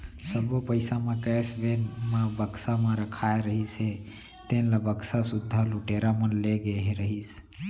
सब्बो पइसा म कैस वेन म बक्सा म रखाए रहिस हे तेन ल बक्सा सुद्धा लुटेरा मन ले गे रहिस